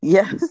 Yes